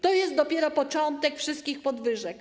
To jest dopiero początek wszystkich podwyżek.